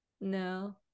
no